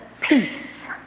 peace